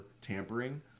tampering